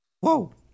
Whoa